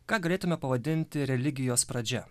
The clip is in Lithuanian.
ką galėtume pavadinti religijos pradžia